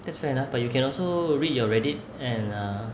that's fair enough but you can also read your reddit and err